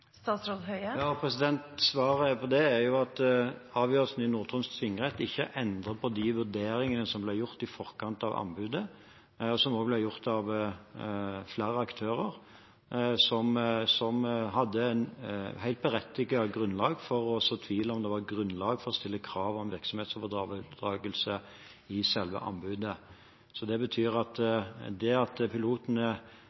Svaret på det er jo at avgjørelsen i Nord-Troms tingrett ikke endrer på de vurderingene som ble gjort i forkant av anbudet, og som også ble gjort av flere aktører, som hadde et helt berettiget grunnlag for å så tvil om det var grunnlag for å stille krav om virksomhetsoverdragelse i selve anbudet. Det at pilotene, etter at